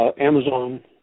Amazon